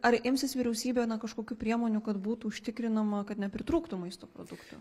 ar imsis vyriausybė na kažkokių priemonių kad būtų užtikrinama kad nepritrūktų maisto produktų